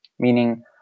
meaning